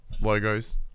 logos